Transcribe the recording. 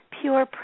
pure